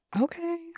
Okay